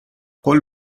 قول